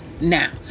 Now